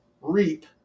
reap